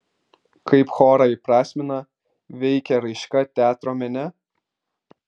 kaip chorą įprasmina veikia raiška teatro mene